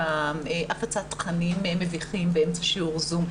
הפצת תכנים מביכים באמצע שיעור "זום",